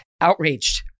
outraged